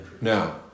Now